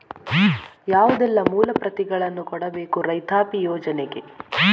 ಯಾವುದೆಲ್ಲ ಮೂಲ ಪ್ರತಿಗಳನ್ನು ಕೊಡಬೇಕು ರೈತಾಪಿ ಯೋಜನೆಗೆ?